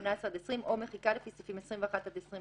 18 עד 20 או מחיקה לפי סעיפים 21 עד 23: